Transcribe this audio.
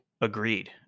agreed